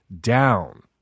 down